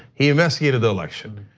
he investigated the election.